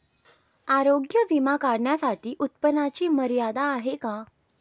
आरोग्य विमा काढण्यासाठी उत्पन्नाची मर्यादा आहे का?